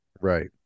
Right